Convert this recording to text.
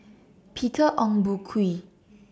Peter Ong Boon Kwee